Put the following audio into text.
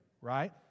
right